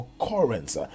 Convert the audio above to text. occurrence